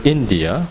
India